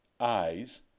eyes